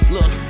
Look